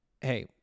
hey